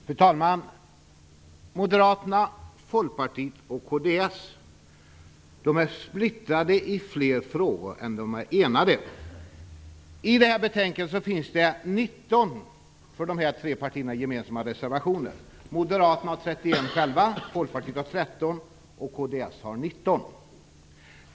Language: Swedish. Fru talman! Moderaterna, Folkpartiet och kds är splittrade i fler frågor än de är enade i. I detta betänkande finns det 19 för de här tre partierna gemensamma reservationer. Moderaterna har 31 själva, Folkpartiet har 13 och kds har 19.